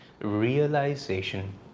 realization